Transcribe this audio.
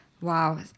Wow